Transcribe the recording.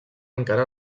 encara